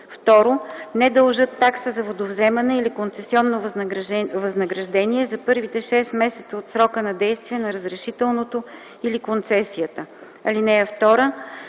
2. не дължат такса за водовземане или концесионно възнаграждение за първите шест месеца от срока на действие на разрешителното или концесията. (2) При